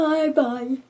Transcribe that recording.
Bye-bye